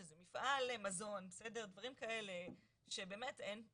איזה מפעל מזון, דברים כאלה, שבאמת לא